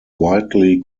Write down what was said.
widely